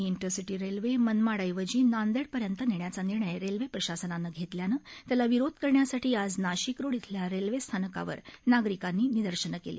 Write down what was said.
मनमाड ते मुंबई ही Rajya Rani intercity railway मनमाडऐवजी नांदेडपर्यंत नेण्याचा निर्णय रेल्वे प्रशासनानं घेतल्यानं त्याला विरोध करण्यासाठी आज नाशिकरोड इथल्या रेल्वे स्थानकावर नागरिकांनी निदर्शनं केली